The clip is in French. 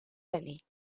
années